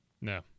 No